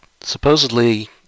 Supposedly